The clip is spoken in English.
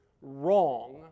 wrong